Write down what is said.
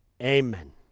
Amen